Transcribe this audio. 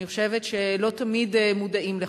אני חושבת שלא תמיד מודעים לכך.